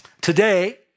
Today